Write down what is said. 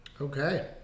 Okay